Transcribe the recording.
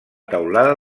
teulada